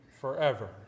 forever